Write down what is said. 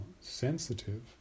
sensitive